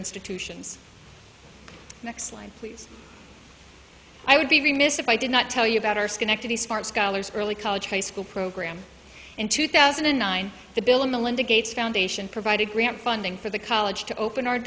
institutions next line please i would be remiss if i did not tell you about our schenectady smart scholars early college high school program in two thousand and nine the bill and melinda gates foundation provide a grant funding for the college to open our